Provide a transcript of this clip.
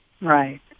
Right